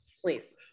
Please